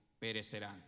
perecerán